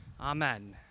amen